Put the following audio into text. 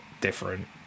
different